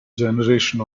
generation